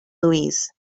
louise